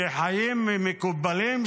בחיים מקובלים,